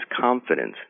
confidence